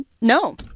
No